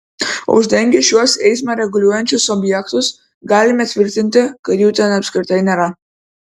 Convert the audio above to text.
uždengę šiuos eismą reguliuojančius objektus galime tvirtinti kad jų ten apskritai nėra